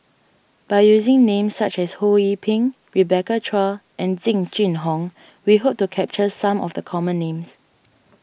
by using names such as Ho Yee Ping Rebecca Chua and Jing Jun Hong we hope to capture some of the common names